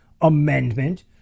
amendment